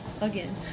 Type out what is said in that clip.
again